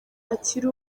akiri